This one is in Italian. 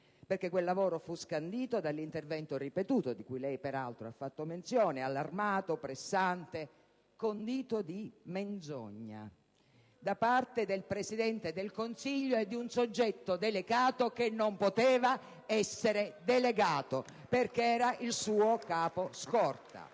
perché quel lavoro venne scandito dall'intervento ripetuto (di cui lei peraltro ha fatto menzione), allarmato, pressante e condito di menzogna del Presidente del Consiglio e di un soggetto delegato, che non poteva essere delegato perché era il suo capo scorta.